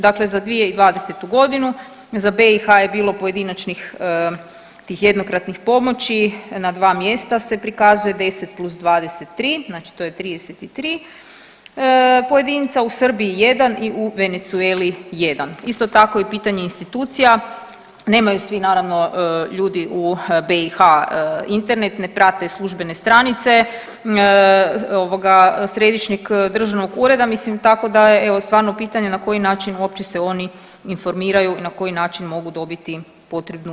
Dakle, za 2020. godinu za BiH je bilo pojedinačnih, tih jednokratnih pomoći na dva mjesta se prikazuje 10 plus 23, znači to je 33 pojedinca, u Srbiji 1 i u Venezueli 1. Isto tako i pitanje institucija, nemaju svi naravno ljudi u BiH internet, ne prate službene stranice ovoga Središnjeg državnog ureda, mislim tako da je evo stvarno pitanje na koji način se uopće oni informiraju i na koji način mogu dobiti potrebnu.